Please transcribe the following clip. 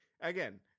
Again